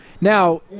Now